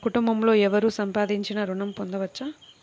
కుటుంబంలో ఎవరు సంపాదించినా ఋణం పొందవచ్చా?